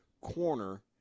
corner